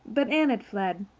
but anne had fled.